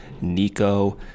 Nico